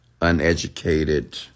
uneducated